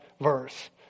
verse